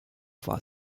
war